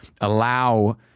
allow